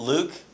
Luke